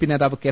P നേതാവ് K